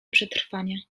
przetrwania